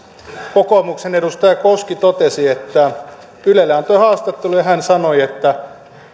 kokoomuksen edustaja koski totesi ylelle antoi haastattelun ja sanoi että